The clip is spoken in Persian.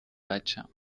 بچم